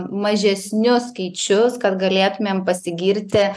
mažesnius skaičius kad galėtumėm pasigirti